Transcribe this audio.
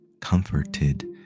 comforted